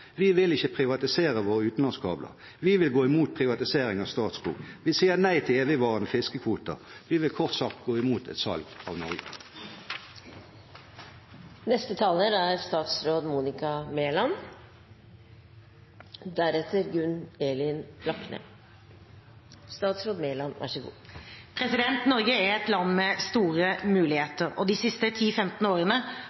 Vi vil ikke tukle med våre vannkraftressurser, vi vil ikke privatisere våre utenlandskabler, vi vil gå imot privatisering av Statskog, vi sier nei til evigvarende fiskekvoter. Vi vil kort sagt gå imot et salg av Norge. Norge er et land med store